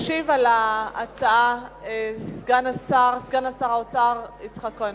ישיב על ההצעה סגן שר האוצר יצחק כהן.